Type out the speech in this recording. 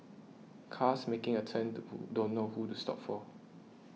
cars making a turn don't know who to stop for